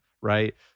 right